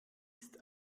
ist